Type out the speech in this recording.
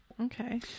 Okay